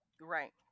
right